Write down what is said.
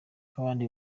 nk’abandi